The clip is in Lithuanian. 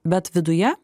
bet viduje